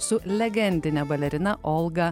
su legendine balerina olga